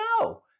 no